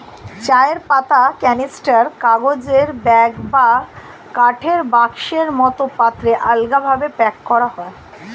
চায়ের পাতা ক্যানিস্টার, কাগজের ব্যাগ বা কাঠের বাক্সের মতো পাত্রে আলগাভাবে প্যাক করা হয়